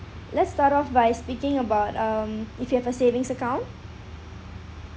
let's start off by speaking about um if you have a savings account